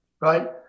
right